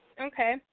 okay